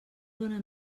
dóna